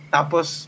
Tapos